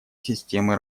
системы